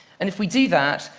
and if we do that,